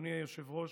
אדוני היושב-ראש,